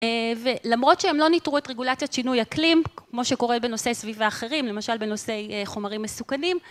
ולמרות שהם לא ניטרו את רגולציות שינוי אקלים, כמו שקורה בנושאי סביב אחרים, למשל בנושאי חומרים מסוכנים.